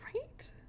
right